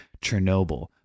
Chernobyl